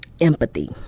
empathy